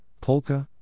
polka